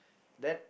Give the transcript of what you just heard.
then